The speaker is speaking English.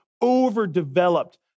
overdeveloped